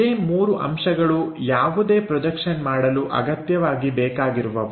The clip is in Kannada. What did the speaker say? ಇದೇ ಮೂರು ಅಂಶಗಳು ಯಾವುದೇ ಪ್ರೊಜೆಕ್ಷನ್ ಮಾಡಲು ಅಗತ್ಯವಾಗಿ ಬೇಕಾಗಿರುವವು